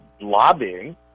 lobbying